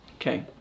okay